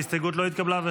ההסתייגות לא התקבלה.